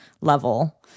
level